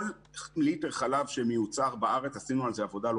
כל ליטר חלב שמיוצר בארץ עשינו על זה עבודה לא